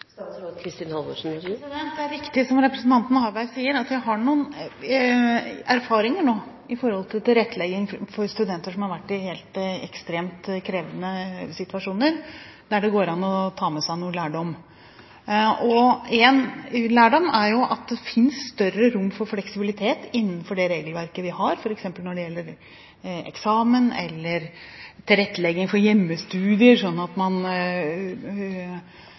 er riktig som representanten Harberg sier, at vi har noen erfaringer nå i forhold til tilrettelegging for studenter som har vært i helt ekstremt krevende situasjoner, der det går an å ta med seg noe lærdom. En lærdom er jo at det finnes større rom for fleksibilitet innenfor det regelverket vi har, f.eks. når det gjelder eksamen eller tilrettelegging for hjemmestudier, slik at man